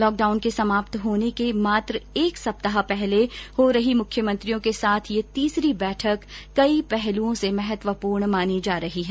lockdown के समाप्त होने के मात्र एक सप्ताह पहले हो रही मुख्यमंत्रियों के साथ ये तीसरी बैठक कई पहलुओं से महत्वपूर्ण मानी जा रही है